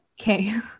Okay